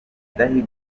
kubona